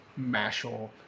Mashal